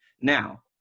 Now